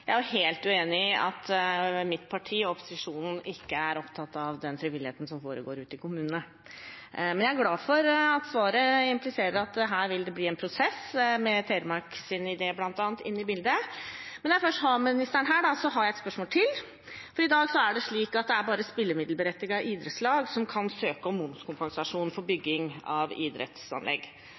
Jeg er helt uenig i at mitt parti og opposisjonen ikke er opptatt av den frivilligheten som foregår ute i kommunene. Men jeg er glad for at svaret impliserer at det her vil bli en prosess med bl.a. Telemarks idé inne i bildet. Når jeg først har ministeren her, har jeg et spørsmål til. I dag er det slik at det bare er spillemiddelberettigede idrettslag som kan søke om momskompensasjon for bygging av idrettsanlegg.